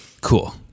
Cool